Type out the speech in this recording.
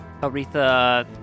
Aretha